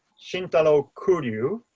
shintaro kuryu,